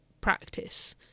practice